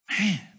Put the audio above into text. man